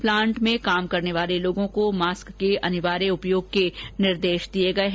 plant में काम करने वाले लोगों को मास्क के अनिवार्य उपयोग के निर्देश दिये गये हैं